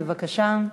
בבקשה.